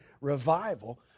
revival